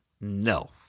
no